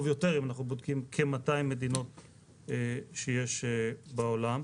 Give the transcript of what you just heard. יותר אם אנחנו בודקנו כ-200 מדינות שיש בעולם.